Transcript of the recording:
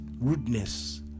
rudeness